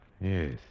Yes